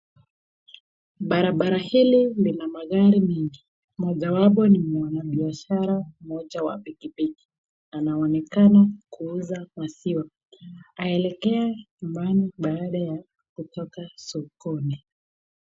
Barabara hili lina magari mingi. Moja wapo ni mwanabiashara moja wa pikipiki. Anaonekana kuuza maziwa. Anaelekea nyumbani baada ya kutoka sokoni.